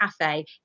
cafe